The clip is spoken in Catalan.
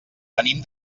venim